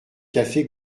café